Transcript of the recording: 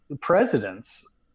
presidents